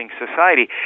society